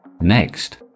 Next